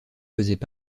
faisaient